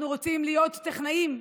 אנחנו רוצים להיות טכנאים,